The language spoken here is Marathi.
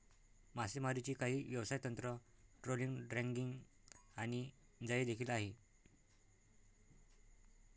मासेमारीची काही व्यवसाय तंत्र, ट्रोलिंग, ड्रॅगिंग आणि जाळी देखील आहे